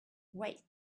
wait